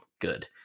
good